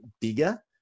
bigger